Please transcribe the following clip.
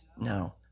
No